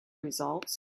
results